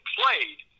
played